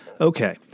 Okay